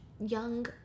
young